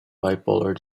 bipolar